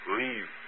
leave